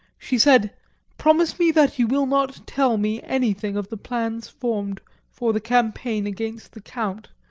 she said promise me that you will not tell me anything of the plans formed for the campaign against the count.